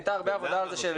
הייתה הרבה עבודה על זה,